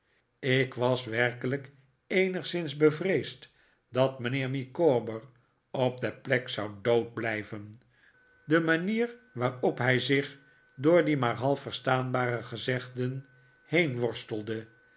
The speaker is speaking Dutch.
ik was werkelijk eenigszins bevreesd dat mijnheer micawber op de plek zou dood blijven de manier waarop hij zich door die maar half verstaanbare gezegden heen worstelde